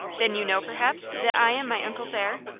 then, you know, perhaps, that i am my uncle's heir?